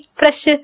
fresh